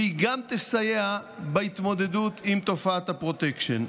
והיא גם תסייע בהתמודדות עם תופעת הפרוטקשן.